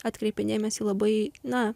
atkreipė dėmesį į labai na